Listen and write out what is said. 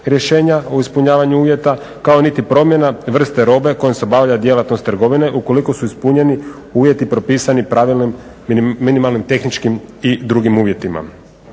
rješenja u ispunjavanju uvjeta kao niti promjena vrste robe kojom se bavi djelatnost trgovine ukoliko su ispunjeni uvjeti propisani pravilnim minimalnim tehničkim i drugim uvjetima